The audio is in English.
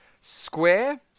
square